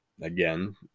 Again